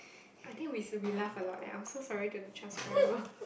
I think we s~ we laugh a lot leh I'm so sorry to the transcriber